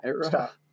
Stop